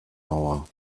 hour